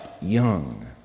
young